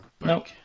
Nope